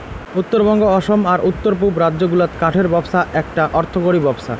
উত্তরবঙ্গ, অসম আর উত্তর পুব রাজ্য গুলাত কাঠের ব্যপছা এ্যাকটা অর্থকরী ব্যপছা